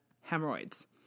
hemorrhoids